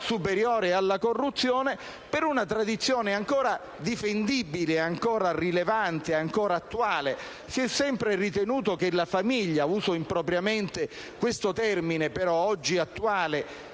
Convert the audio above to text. superiore alla corruzione per una tradizione ancora difendibile, rilevante e attuale: si è sempre ritenuto che la famiglia - uso impropriamente questo termine, però oggi attuale